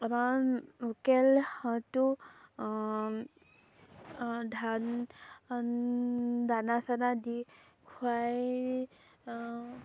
local হাঁহটো ধান দানা চানা দি খুৱাই